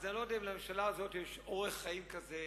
אז אני לא יודע אם לממשלה הזאת יש אורך חיים כזה,